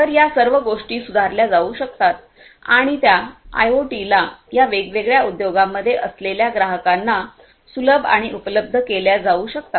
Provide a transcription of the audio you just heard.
तर या सर्व गोष्टी सुधारल्या जाऊ शकतात आणि त्या आयओटीला या वेगवेगळ्या उद्योगांमध्ये असलेल्या ग्राहकांना सुलभ आणि उपलब्ध केल्या जाऊ शकतात